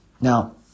Now